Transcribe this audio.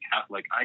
Catholic